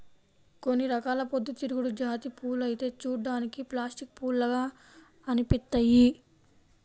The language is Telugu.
కొన్ని రకాల పొద్దుతిరుగుడు జాతి పూలైతే చూడ్డానికి ప్లాస్టిక్ పూల్లాగా అనిపిత్తయ్యి